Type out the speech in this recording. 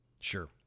Sure